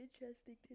interesting